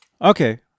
Okay